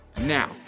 Now